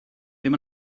ddim